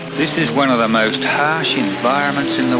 this is one of the most harsh environments